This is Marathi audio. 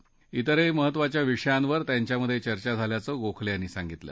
जिरही महत्त्वाच्या विषयांवर त्यांच्यात चर्चा झाल्याचं गोखले यांनी सांगितलं